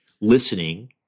listening